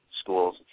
schools